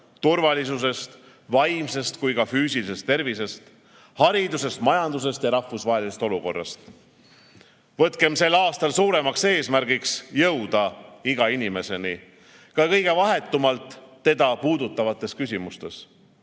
turvalisusest, nii vaimsest kui ka füüsilisest tervisest, haridusest, majandusest ja rahvusvahelisest olukorrast. Võtkem sel aastal suuremaks eesmärgiks jõuda iga inimeseni, ka kõige vahetumalt teda puudutavates küsimustes.